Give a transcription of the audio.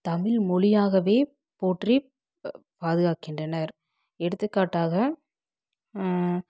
தமிழ்மொழியாகவே போற்றி ப பாதுகாக்கின்றனர் எடுத்துக்காட்டாக